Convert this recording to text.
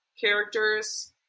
characters